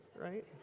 right